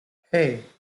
hey